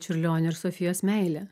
čiurlionio ir sofijos meilė